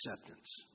acceptance